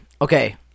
okay